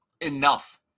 enough